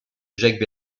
jacques